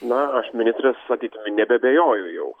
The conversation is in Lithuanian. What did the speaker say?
na aš ministrės matyt nebeabejoju jau